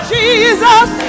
Jesus